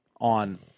On